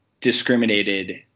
discriminated